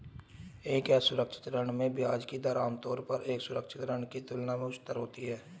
एक असुरक्षित ऋण में ब्याज की दर आमतौर पर एक सुरक्षित ऋण की तुलना में उच्चतर होती है?